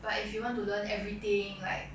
but if you want to learn everything like